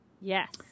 Yes